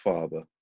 Father